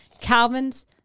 Calvin's